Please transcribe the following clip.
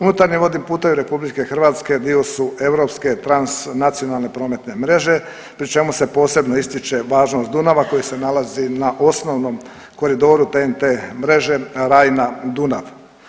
Unutarnji vodni putevi RH dio su europske transnacionalne prometne mreže, pri čemu se posebno ističe važnost Dunava koji se nalazi na osnovnom koridoru TEN-T mreže Rajna-Dunav.